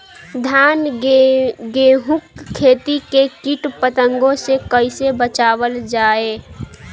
धान गेहूँक खेती के कीट पतंगों से कइसे बचावल जाए?